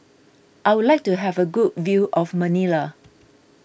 I would like to have a good view of Manila